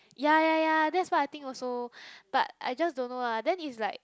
ya ya ya that's what I think also but I just don't know lah then it's like